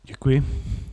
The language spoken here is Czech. Děkuji.